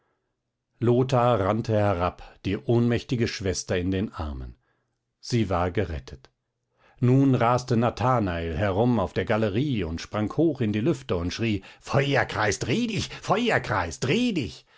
lothar rannte herab die ohnmächtige schwester in den armen sie war gerettet nun raste nathanael herum auf der galerie und sprang hoch in die lüfte und schrie feuerkreis dreh dich feuerkreis dreh dich